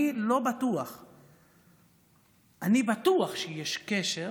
אני בטוח שיש קשר